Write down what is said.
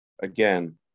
again